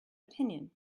opinion